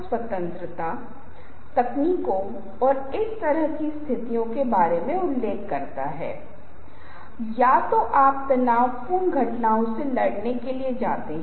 अर्थ बहुत अलग हैं और इसका कारण है कि उपयोग किए जाने वाले रंगों प्रयुक्त पंक्तियों बनावटों का उपयोग किया जाता है